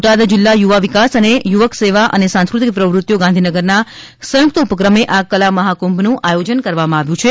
બોટાદ જિલ્લા યુવા વિકાસ અને યુવક સેવા અને સાંસ્ક્રતિક પ્રવૃત્તિઓ ગાંધીનગરમાં સંયુક્ત ઉપક્રમે આ કલા મહાકુંભનું આયોજન કરવામાં આવ્યું છે